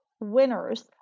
winners